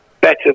better